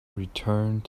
returned